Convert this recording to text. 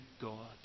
God